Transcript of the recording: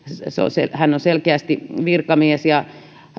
hän on selkeästi virkamies ja